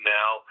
now